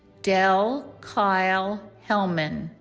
del kyle hellman